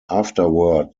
afterward